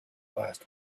last